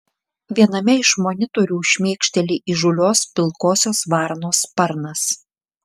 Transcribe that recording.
viename iš monitorių šmėkšteli įžūlios pilkosios varnos sparnas